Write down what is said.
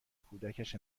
کودکش